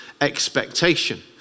expectation